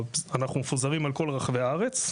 אנחנו מפוזרים על כל רחבי הארץ,